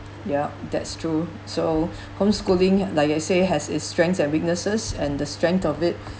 yup that's true so homeschooling like I say has its strengths and weaknesses and the strength of it